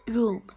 Room